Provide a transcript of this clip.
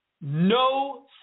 No